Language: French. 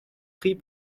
prix